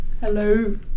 Hello